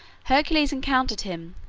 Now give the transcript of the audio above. hercules encountered him,